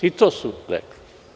I to su rekli.